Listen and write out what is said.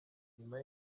nyuma